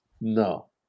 No